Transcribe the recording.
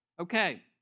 Okay